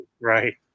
right